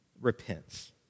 repents